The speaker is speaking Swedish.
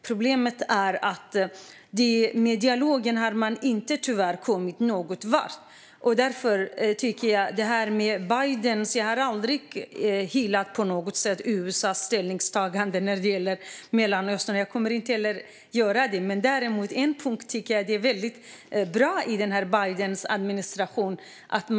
Problemet är att man tyvärr inte har kommit någonvart med dialogen. Jag har aldrig hyllat USA:s ställningstagande när det gäller Mellanöstern. Jag kommer inte heller att göra det. Men på en punkt tycker jag att Bidens administration är bra.